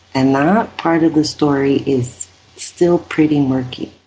and that part of the story is still pretty murky.